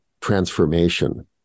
transformation